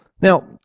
now